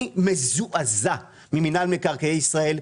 אני מזועזע ממינהל מקרקעי ישראל,